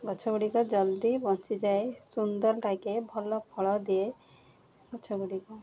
ଗଛ ଗୁଡ଼ିକ ଜଲ୍ଦି ବଞ୍ଚିଯାଏ ସୁନ୍ଦର ଲାଗେ ଭଲ ଫଳ ଦିଏ ଗଛଗୁଡ଼ିକ